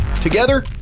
Together